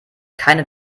keine